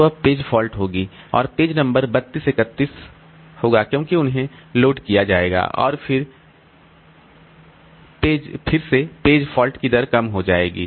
तो अब page fault होगी और पेज नंबर 32 31 होगा इसलिए उन्हें लोड किया जाएगा और फिर सेपेज फॉल्ट की दर कम हो जाएगी